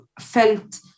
felt